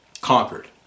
conquered